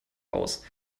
aus